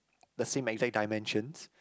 the same exact dimensions